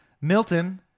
Milton